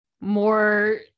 more